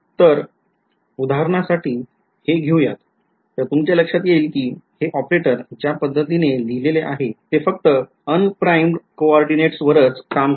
तर याच्याकडे पाहूनउदाहरणासाठी हे घेऊयात तर तुमच्या लक्षात येईल कि हे ऑपरेटर ज्या पद्धतीने लिहिले आहे ते फक्त unprimed कोऑर्डिनेट्सवरच कार्य करते